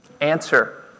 Answer